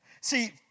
See